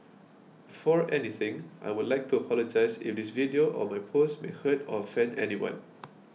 before anything I would like to apologise if this video or my post may hurt or offend anyone